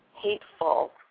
hateful